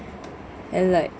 and like